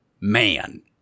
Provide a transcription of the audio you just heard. man